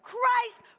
Christ